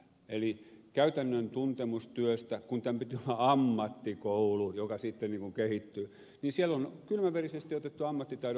eli käytännön tuntemus työstä kun tämän piti olla ammattikoulu joka sitten niin kuin kehittyi niin siellä on kylmäverisesti otettu ammattitaito pois